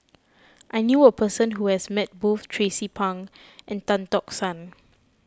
I knew a person who has met both Tracie Pang and Tan Tock San